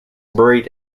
buried